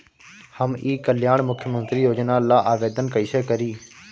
हम ई कल्याण मुख्य्मंत्री योजना ला आवेदन कईसे करी?